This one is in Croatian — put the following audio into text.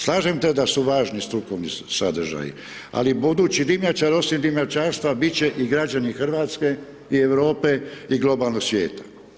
Slažem se da su važni strukovni sadržaji, ali budući dimnjačar osim dimnjačarstva bit će i građanin Hrvatske i Europe i globalnog svijeta.